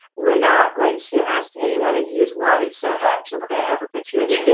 we're not going to ask any one of you to lobby so much that we're gonna ever put you in